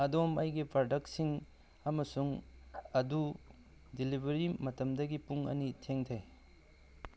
ꯑꯗꯣꯝ ꯑꯩꯒꯤ ꯄ꯭ꯔꯗꯛꯁꯤꯡ ꯑꯃꯁꯨꯡ ꯑꯗꯨ ꯗꯤꯂꯤꯕꯔꯤ ꯃꯇꯝꯗꯒꯤ ꯄꯨꯡ ꯑꯅꯤ ꯊꯦꯡꯊꯩ